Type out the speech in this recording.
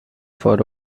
for